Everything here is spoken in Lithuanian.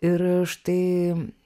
ir štai